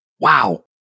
Wow